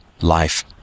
life